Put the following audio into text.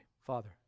Father